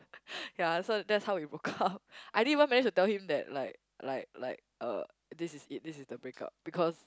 ya so that's how we broke up I didn't even managed to tell him that like like like uh this is it this is the break up because